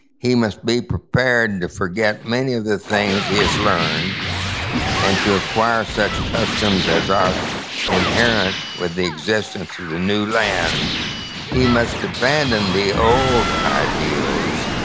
he must be prepared to forget many of the things he has learned and to acquire such customs as are inherent with the existence of the new land and he must abandon the old ideals,